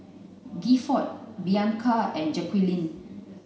Gifford Bianca and Jaqueline